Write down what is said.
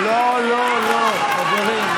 לא, לא, לא, חברים.